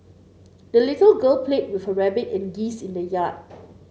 the little girl played with her rabbit and geese in the yard